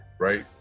Right